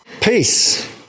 Peace